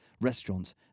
restaurants